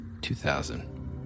2000